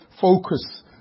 focus